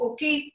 Okay